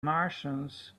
martians